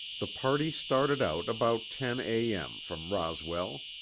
the party started out about ten a. m. from roswell.